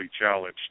challenged